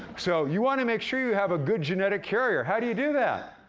so, you wanna make sure you have a good genetic carrier. how do you do that?